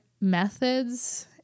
methods